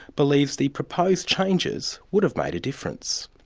believes the proposed changes would have made a difference.